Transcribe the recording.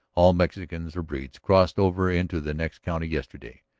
all mexicans or breeds, crossed over into the next county yesterday,